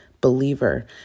believer